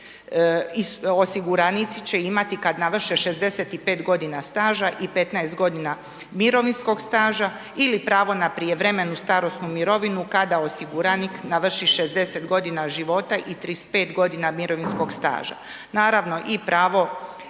osiguranici će imati kad navrše 65 godina staža i 15 godina mirovinskog staža ili napravo na prijevremenu starosnu mirovinu kada osiguranik navrši 60 godina života i 35 godina mirovinskog staža.